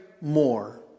more